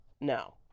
no